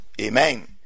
Amen